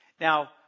Now